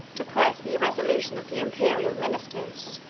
to press the irresolution of the imperial ministers,